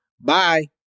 bye